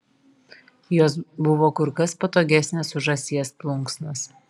jos buvo kur kas patogesnės už žąsies plunksnas